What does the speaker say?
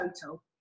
total